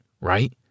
right